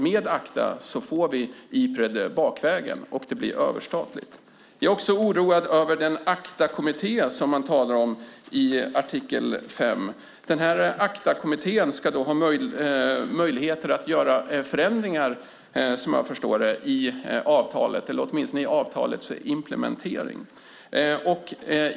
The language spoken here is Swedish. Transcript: Med ACTA får vi alltså Ipred bakvägen, och det blir överstatligt. Jag är också oroad av den ACTA-kommitté som man talar om i artikel 5. Denna kommitté ska, som jag förstår det, ha möjligheter att göra förändringar i avtalet eller åtminstone i dess implementering.